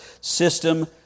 system